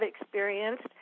experienced